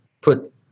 put